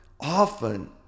often